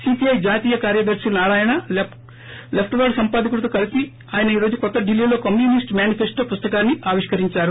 CPI జాతీయ కార్యదర్శి Narayana left word సంపాదకుడితో కలిసి ఆయన ఈరోజు కొత్తడిల్లీలో కమ్యూనిస్ల్ మేనిఫిస్లో పుస్తకాన్ని ఆవిష్కరిందారు